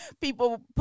People